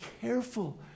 careful